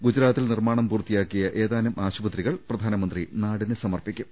സംസ്ഥാനത്ത് നിർമാണം പൂർത്തിയാക്കിയ ഏതാനും ആശുപത്രികളും പ്രധാന മന്ത്രി നാടിന് സമർപ്പിക്കും